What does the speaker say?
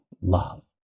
Love